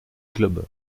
club